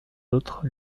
autres